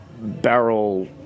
barrel